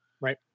Right